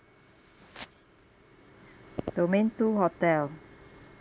domain two hotel